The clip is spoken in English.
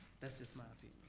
that's just my opinion.